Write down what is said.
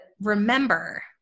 remember